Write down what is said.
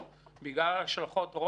השנת 95'